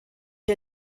der